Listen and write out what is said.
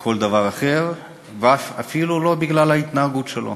כל דבר אחר, ואפילו לא בגלל ההתנהגות שלו.